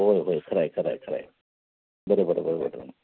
होय होय खरं आहे खरं आहे खरं आहे बरं बरं बरं बरं